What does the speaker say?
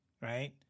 Right